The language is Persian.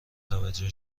توجه